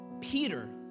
Peter